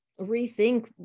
rethink